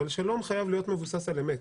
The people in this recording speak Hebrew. אבל שלום חייב להיות מבוסס על אמת.